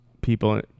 people